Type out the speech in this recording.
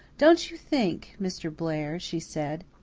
don't you think, mr. blair she says,